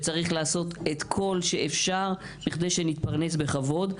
וצריך לעשות את כל שאפשר בכדי שנתפרנס בכבוד,